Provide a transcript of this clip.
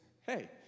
Hey